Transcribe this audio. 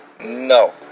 No